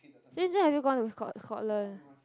since when have you gone to scot~ Scotland